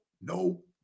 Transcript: no